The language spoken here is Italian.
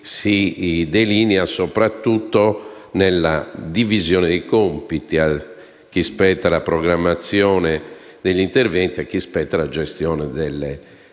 si delinea soprattutto nella divisione dei compiti: a chi spetta la programmazione degli interventi e a chi spetta la gestione delle disponibilità